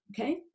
okay